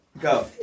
Go